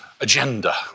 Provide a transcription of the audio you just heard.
agenda